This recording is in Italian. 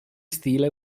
stile